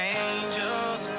angels